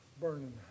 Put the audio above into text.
burning